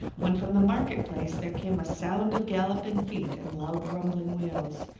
when from the market-place there came a sound of galloping feet and loud rumbling wheels.